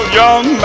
young